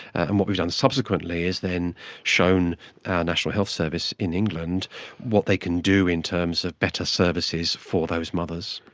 and what we've done subsequently is then shown our national health service in england what they can do in terms of better services for those mothers.